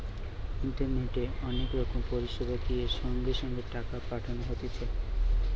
ইন্টারনেটে অনেক রকম পরিষেবা দিয়ে সঙ্গে সঙ্গে টাকা পাঠানো হতিছে